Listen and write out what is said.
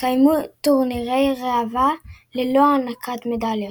התקיימו טורנירי ראווה ללא הענקת מדליות,